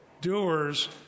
doers